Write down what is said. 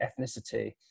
ethnicity